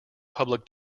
public